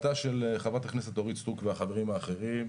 לשאלתה של חברת הכנסת אורית סטרוק והחברים האחרים,